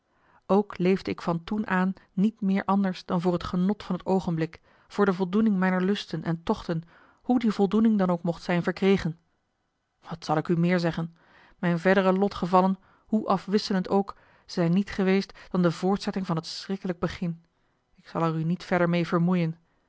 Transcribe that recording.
ook leefde ik van toen aan niet meer anders dan voor het genot van het oogenblik voor de voldoening mijner lusten en tochten hoe die voldoening dan ook mocht zijn verkregen wat zal ik u meer zeggen mijne verdere lotgevallen hoe afwisselend ook zijn niet geweest dan de voortzetting van het schrikkelijk begin ik zal er u niet verder meê vermoeien